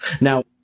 Now